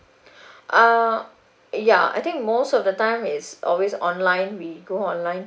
uh ya I think most of the time is always online we go online